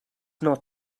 not